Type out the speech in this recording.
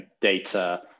data